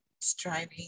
striving